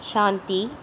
ஷாந்தி